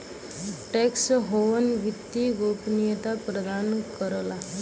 tax haven वित्तीय गोपनीयता प्रदान करला